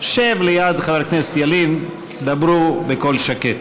שב ליד חבר הכנסת ילין, דברו בקול שקט.